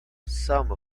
some